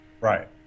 Right